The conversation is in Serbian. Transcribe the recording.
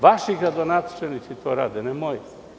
Vaši gradonačelnici to rade, ne moji.